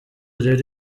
rero